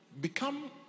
Become